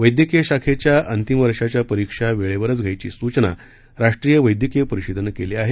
वद्धक्रीय शाखेच्या अंतिम वर्षाच्या परीक्षा वेळेवरच घ्यायची सूचना राष्ट्रीय वद्धकीय परिषदेनं केली आहे